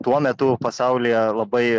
tuo metu pasaulyje labai